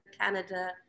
Canada